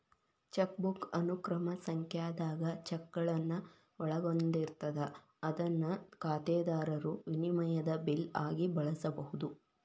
chequebook ಅನುಕ್ರಮ ಸಂಖ್ಯಾದಾಗ ಚೆಕ್ಗಳನ್ನ ಒಳಗೊಂಡಿರ್ತದ ಅದನ್ನ ಖಾತೆದಾರರು ವಿನಿಮಯದ ಬಿಲ್ ಆಗಿ ಬಳಸಬಹುದು